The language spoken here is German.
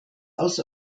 aus